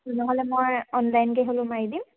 তেনেহ'লে মই অনলাইনকে হ'লেও মাৰি দিম